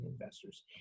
investors